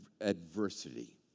adversity